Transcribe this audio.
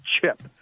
chip